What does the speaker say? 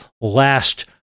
last